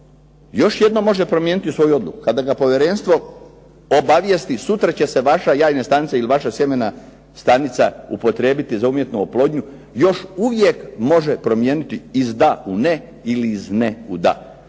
Još jednom može promijeniti svoju odluku kada ga povjerenstvo obavijesti sutra će se vaša jajna stanica ili vaša sjemena stanica upotrijebiti za umjetnu oplodnju. Još uvijek može promijeniti iz da u ne ili iz ne u da,